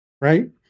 Right